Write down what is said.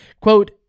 Quote